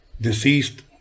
deceased